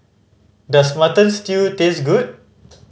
does Mutton Stew taste good